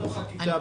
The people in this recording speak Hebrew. בתוך הכיתה.